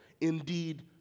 Indeed